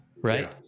Right